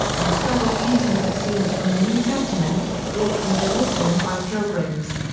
and several paintings of scenes from the new testament, brought from jerusalem by pilgrims.